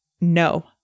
no